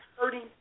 hurting